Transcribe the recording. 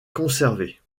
conservés